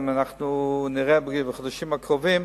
אנחנו נראה בחודשים הקרובים,